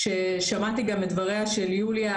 שמעתי גם את דבריה של יוליה,